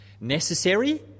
necessary